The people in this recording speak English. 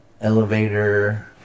elevator